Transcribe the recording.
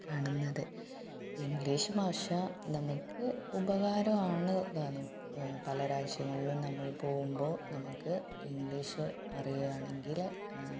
കാണുന്നത് ഇംഗ്ലീഷ് ഭാഷ നമുക്ക് ഉപകാരമാണ് താനും പല രാജ്യങ്ങളിലും നമ്മള് പോകുമ്പോൾ നമുക്ക് ഇംഗ്ലീഷ് അറിയണമെങ്കില്